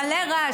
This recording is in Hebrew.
יש מלא רעש.